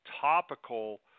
topical